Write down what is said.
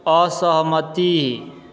असहमति